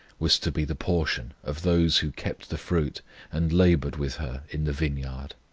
was to be the portion of those who kept the fruit and laboured with her in the vineyard.